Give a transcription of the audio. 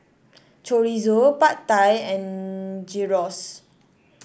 Chorizo Pad Thai and Gyros